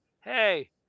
hey